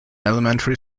elementary